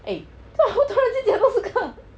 eh 做么突然间讲到这个